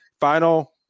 final